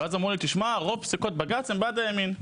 ונאמר לי שם שרוב הפסיקות של בגץ הן בעד הימין,